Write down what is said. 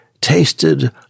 tasted